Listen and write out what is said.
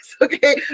Okay